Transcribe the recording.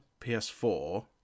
PS4